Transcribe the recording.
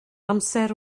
amser